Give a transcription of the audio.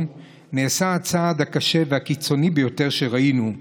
נעשה הצעד הקשה והקיצוני ביותר שראינו.